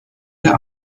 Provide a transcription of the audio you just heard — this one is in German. der